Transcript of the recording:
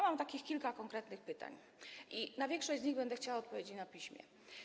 Mam kilka konkretnych pytań i na większość z nich będę chciała odpowiedzi na piśmie.